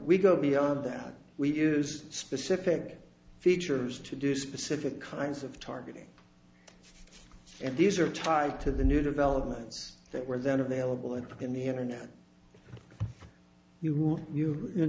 we go beyond that we use specific features to do specific kinds of targeting and these are tied to the new developments that were then available and put in the internet you wrote you in